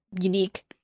unique